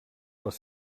les